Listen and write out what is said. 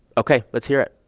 ok, let's hear it